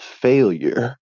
failure